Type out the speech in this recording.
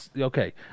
okay